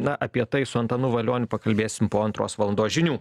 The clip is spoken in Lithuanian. na apie tai su antanu valioniu pakalbėsim po antros valandos žinių